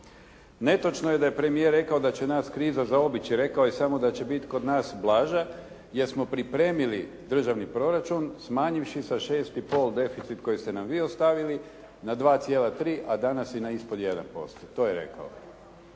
Netočno je da je premijer rekao da će nas kriza zaobići, rekao je samo da će biti kod nas blaža jer smo pripremili državni proračun smanjivši sa 6,5 deficit koji ste nam vi ostavili na 2,3 a danas i na ispod 1%. To je rekao.